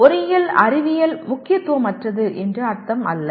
இதனால் பொறியியல் அறிவியல் முக்கியத்துவமற்றது என்று அர்த்தம் அல்ல